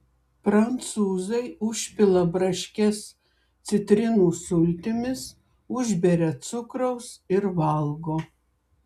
prancūzai užpila braškes citrinų sultimis užberia cukraus ir valgo